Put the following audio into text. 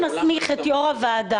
אנחנו נסמיך את יושב-ראש הוועדה,